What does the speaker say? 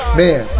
man